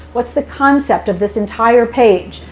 what's the concept of this entire page?